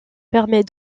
permet